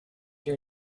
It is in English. your